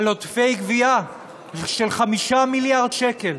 על עודפי גבייה של 5 מיליארד שקל.